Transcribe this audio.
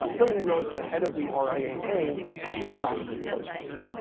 ah hilary rosen, the head of the ah riaa, actually resigned in protest.